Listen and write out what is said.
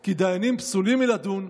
כי דיינים פסולים מלדון,